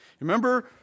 Remember